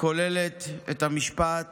כוללת את המשפט